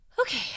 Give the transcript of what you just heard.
okay